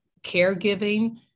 caregiving